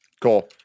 cool